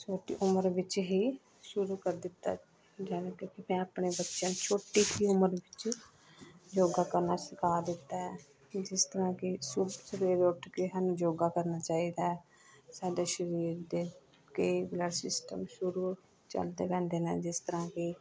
ਛੋਟੀ ਉਮਰ ਵਿੱਚ ਹੀ ਸ਼ੁਰੂ ਕਰ ਦਿੱਤਾ ਜ਼ਿਆਦਾ ਕਰਕੇ ਮੈਂ ਆਪਣੇ ਬੱਚਿਆਂ ਨੂੰ ਛੋਟੀ ਹੀ ਉਮਰ ਵਿੱਚ ਯੋਗਾ ਕਰਨਾ ਸਿਖਾ ਦਿੱਤਾ ਹੈ ਜਿਸ ਤਰ੍ਹਾਂ ਕਿ ਸੁਬ ਸਵੇਰੇ ਉੱਠ ਕੇ ਸਾਨੂੰ ਯੋਗਾ ਕਰਨਾ ਚਾਹੀਦਾ ਹੈ ਸਾਡੇ ਸਰੀਰ ਦੇ ਕਈ ਬਲੱਡ ਸਿਸਟਮ ਸ਼ੁਰੂ ਚੱਲਦੇ ਰਹਿੰਦੇ ਨੇ ਜਿਸ ਤਰ੍ਹਾਂ ਕਿ